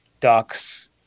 ducks